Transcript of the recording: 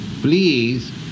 please